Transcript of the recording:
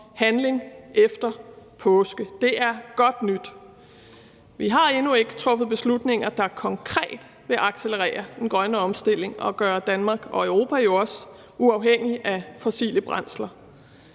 handling efter påske. Det er godt nyt. Vi har endnu ikke truffet beslutninger, der konkret vil accelerere den grønne omstilling og gøre Danmark – og jo også Europa – uafhængigt af fossile brændsler.